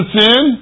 sin